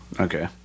Okay